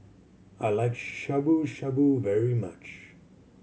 I like Shabu Shabu very much